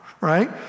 Right